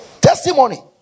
testimony